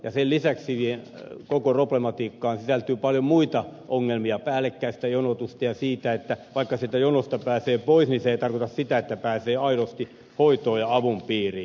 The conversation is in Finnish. sen lisäksi koko problematiikkaan sisältyy paljon muita ongelmia päällekkäistä jonotusta ja sitä että vaikka sieltä jonosta pääsee pois niin se ei tarkoita sitä että pääsee aidosti hoitoon ja avun piiriin